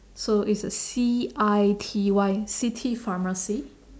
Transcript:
so it's a C I T Y city pharmacy